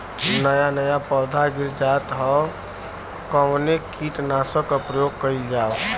नया नया पौधा गिर जात हव कवने कीट नाशक क प्रयोग कइल जाव?